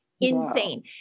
insane